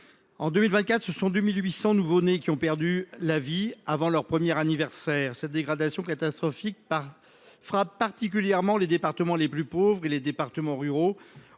En 2024, 2 800 enfants ont perdu la vie avant leur premier anniversaire. Cette dégradation catastrophique frappe particulièrement les départements les plus pauvres et les départements ruraux,